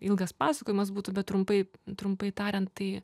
ilgas pasakojimas būtų bet trumpai trumpai tariant tai